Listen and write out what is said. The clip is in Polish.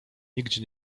nigdzie